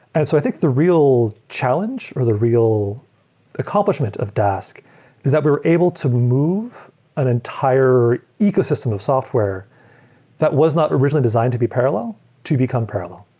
and so i think the real challenge or the real accomplishment of dask is that we're able to move an entire ecosystem of software that was not originally designed to be parallel to become parallel,